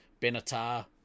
Benatar